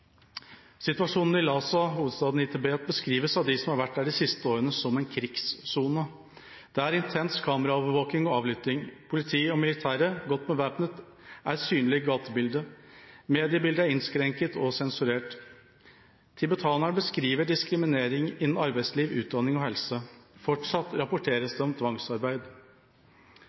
Situasjonen i Lhasa, hovedstaden i Tibet, beskrives av dem som har vært der de siste årene, som en krigssone. Det er intens kameraovervåking og avlytting. Politi og militære, godt bevæpnet, er synlig i gatebildet. Mediebildet er innskrenket og sensurert. Tibetanerne beskriver diskriminering innen arbeidsliv, utdanning og helse. Fortsatt rapporteres det om tvangsarbeid.